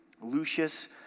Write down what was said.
Lucius